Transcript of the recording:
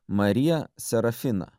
marija serafina